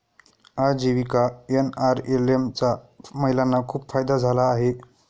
आजीविका एन.आर.एल.एम चा महिलांना खूप फायदा झाला आहे